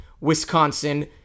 Wisconsin